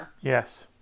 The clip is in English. Yes